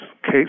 case